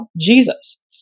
Jesus